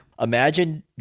Imagine